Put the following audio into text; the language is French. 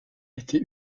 été